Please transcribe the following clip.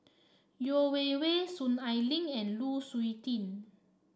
Yeo Wei Wei Soon Ai Ling and Lu Suitin